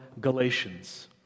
Galatians